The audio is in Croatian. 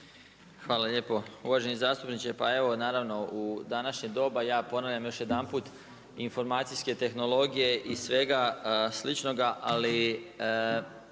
Hvala lijepo. Uvaženi zastupniče. Pa evo naravno u današnje doba ja ponavljam još jedanput informacijske tehnologije i svega sličnoga ali